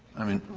i mean,